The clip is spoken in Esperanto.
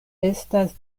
estas